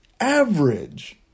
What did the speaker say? average